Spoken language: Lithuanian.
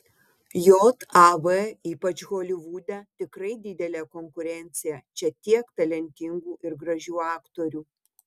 jav ypač holivude tikrai didelė konkurencija čia tiek talentingų ir gražių aktorių